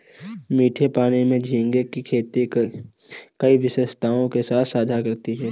मीठे पानी में झींगे की खेती कई विशेषताओं के साथ साझा करती है